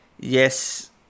yes